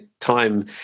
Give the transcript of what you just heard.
time